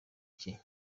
cye